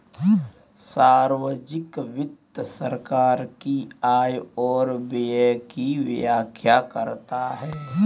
सार्वजिक वित्त सरकार की आय और व्यय की व्याख्या करता है